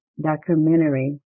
documentary